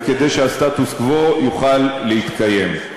וכדי שהסטטוס-קוו יוכל להתקיים.